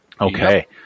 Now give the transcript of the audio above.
Okay